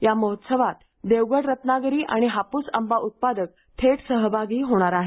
या महोत्सवात देवगड रत्नागिरी आणि हापूस आंबा उत्पादक थेट सहभागी होणार आहेत